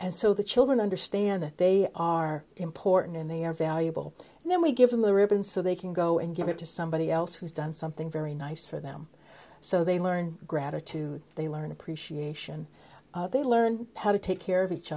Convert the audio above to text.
and so the children understand that they are important and they are valuable and then we give them a ribbon so they can go and give it to somebody else who's done something very nice for them so they learn gratitude they learn appreciation they learn how to take care of each